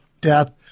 death